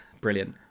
Brilliant